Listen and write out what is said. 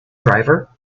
driver